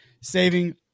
Saving